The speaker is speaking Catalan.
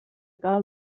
cal